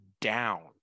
down